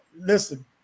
listen